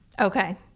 Okay